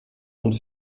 und